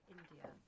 India